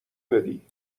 بدی